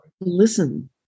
Listen